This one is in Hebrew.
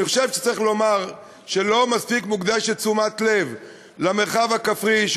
אני חושב שצריך לומר שלא מוקדשת תשומת לב מספקת למרחב הכפרי,